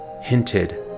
hinted